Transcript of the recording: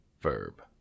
verb